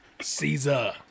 Caesar